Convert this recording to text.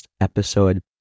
episode